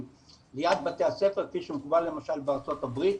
ליד בתי הספר כפי שמקובל למשל בארצות הברית,